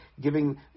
giving